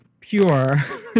pure